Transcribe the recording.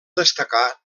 destacar